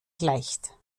gleicht